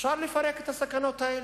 אפשר לפרק את הסכנות האלה.